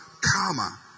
karma